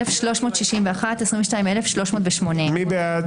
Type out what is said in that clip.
22,381 עד 22,400. מי בעד?